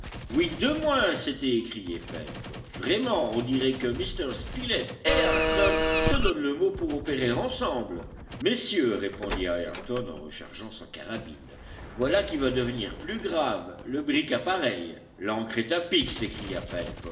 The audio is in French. huit de moins s'était écrié pencroff vraiment on dirait que m spilett et ayrton se donnent le mot pour opérer ensemble messieurs répondit ayrton en rechargeant sa carabine voilà qui va devenir plus grave le brick appareille l'ancre est à pic s'écria